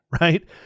right